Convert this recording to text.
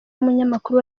umunyamakuru